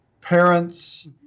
Parents